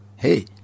Hey